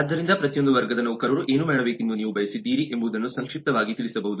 ಆದ್ದರಿಂದ ಪ್ರತಿಯೊಂದು ವರ್ಗದ ನೌಕರರು ಏನು ಮಾಡಬೇಕೆಂದು ನೀವು ಬಯಸಿದ್ದೀರಿ ಎಂಬುದನ್ನು ಸಂಕ್ಷಿಪ್ತವಾಗಿ ತಿಳಿಯಬಹುದು